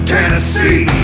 Tennessee